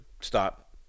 stop